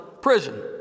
prison